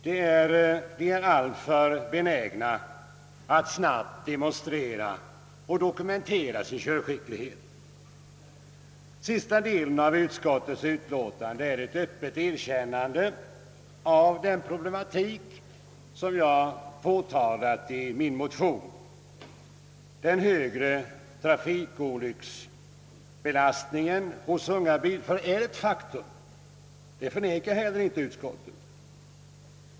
De är därför benägna att snabbt demonstrera sin körskicklighet. Sista delen av utskottets utlåtande innebär ett öppet erkännande av den problematik som jag påtalat i min motion. Den högre trafikolycksfallsbelastningen hos unga bilförare är ett faktum, vilket utskottet inte förnekar.